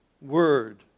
word